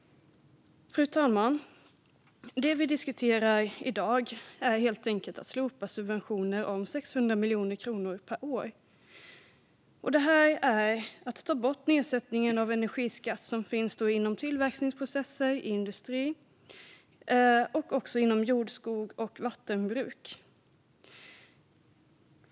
Fru talman! Det vi diskuterar i dag är helt enkelt att slopa subventioner om 600 miljoner kronor per år. Det är fråga om att ta bort nedsättningen av energiskatt inom tillverkningsprocesser, industrin samt inom jord-, skogs och vattenbruk.